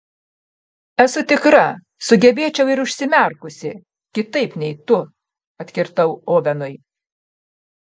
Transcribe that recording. esu tikra sugebėčiau ir užsimerkusi kitaip nei tu atkirtau ovenui